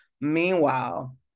meanwhile